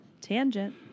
Tangent